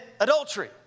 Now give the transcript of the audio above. adultery